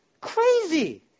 crazy